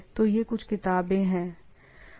तो यह कुछ किताबें है